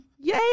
Yay